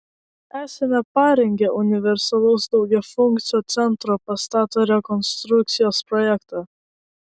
esame parengę universalaus daugiafunkcio centro pastato rekonstrukcijos projektą